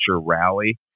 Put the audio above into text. rally